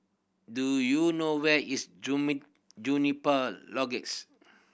do you know where is Juniper